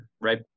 right